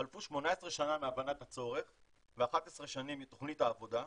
חלפו 18 שנה מהבנת הצורך ו-11 שנים מתכנית העבודה,